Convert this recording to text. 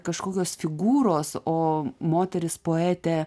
kažkokios figūros o moteris poetė